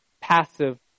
passive